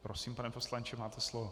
Prosím, pane poslanče, máte slovo.